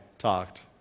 talked